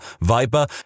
Viper